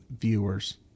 viewers